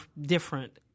different